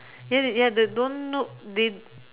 ya ya they don't know they